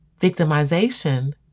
Victimization